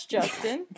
Justin